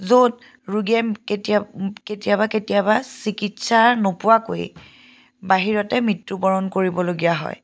য'ত ৰোগীয়ে কেতিয়া কেতিয়াবা কেতিয়াবা চিকিৎসা নোপোৱাকৈ বাহিৰতে মৃত্যুবৰণ কৰিবলগীয়া হয়